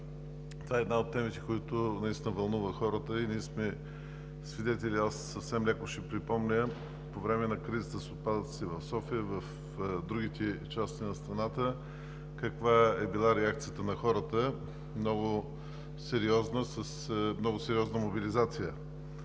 Това е една от темите, които наистина вълнуват хората и ние сме свидетели, аз съвсем леко ще припомня, по време на кризата с отпадъците в София, в другите части на страната, каква е била реакцията на хората – много сериозна, с много сериозна мобилизация.